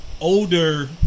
older